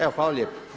Evo hvala lijepo.